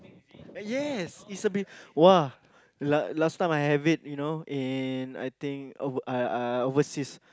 yes is a be !wah! last last time I have it you know in I I think uh uh uh overseas